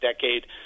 decade